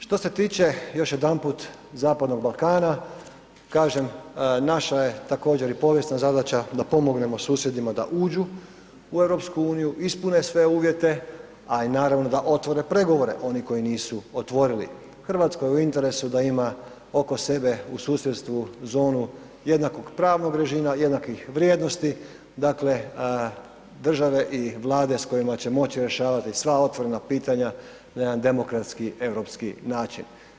Što se tiče još jedanput Zapadnog Balkana kažem naša je također i povijesna zadaća da pomognemo susjedima da uđu u EU, ispune sve uvjete a i naravno da otvore pregovore oni koji nisu otvorili, RH je u interesu da ima oko sebe u susjedstvu zonu jednakog pravnog režima, jednakih vrijednosti, dakle države i Vlade s kojima će moći rješavati sva otvorena pitanja na jedan demokratski, europski način.